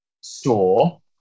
store